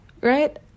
right